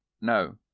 no